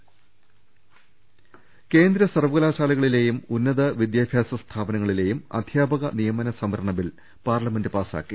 സംവരണബിൽ കേന്ദ്ര സർവ്വകലാശാലകളിലെയും ഉന്നത വിദ്യാഭ്യാസ സ്ഥാപനങ്ങളിലെയും അധ്യാപക നിയമന് സംവരണ ബിൽ പാർലമെന്റ് പാസ്സാക്കി